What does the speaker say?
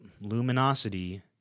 luminosity